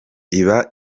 iba